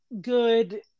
good